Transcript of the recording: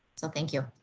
so thank you.